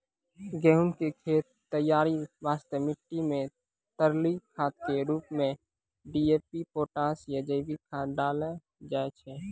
गहूम के खेत तैयारी वास्ते मिट्टी मे तरली खाद के रूप मे डी.ए.पी पोटास या जैविक खाद डालल जाय छै